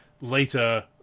later